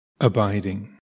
abiding